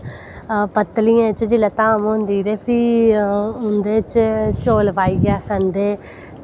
पत्तलियें च जिसलै धाम होंदी फ्ही उंदे च चौल पाइयै खंदे